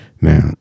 now